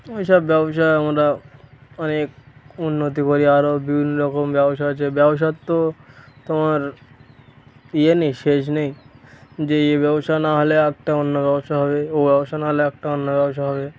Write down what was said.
এইসব ব্যবসায় আমরা অনেক উন্নতি করি আরও বিভিন্ন রকম ব্যবসা আছে ব্যবসার তো তোমার ইয়ে নেই শেষ নেই যে এই ব্যবসা না হলে একটা অন্য ব্যবসা হবে ও ব্যবসা না হলে একটা অন্য ব্যবসা হবে